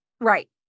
Right